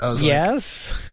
Yes